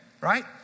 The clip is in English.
Right